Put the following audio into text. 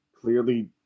clearly